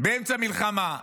באמצע המלחמה.